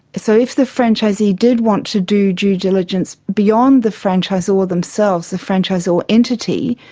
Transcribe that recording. so if the franchisee did want to do due diligence beyond the franchisor themselves, the franchisor entity,